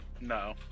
No